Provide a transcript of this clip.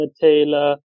Taylor